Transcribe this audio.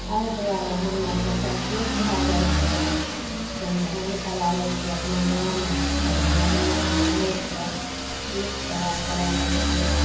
एहि दुआरे हमरा आरके सचेत भए जाइ छियै समधान करा लै छियै अपना गाँवमे बढ़िऑं आदमी सऽ समैझ कऽ ई करा करा लै छियै